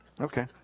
okay